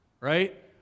Right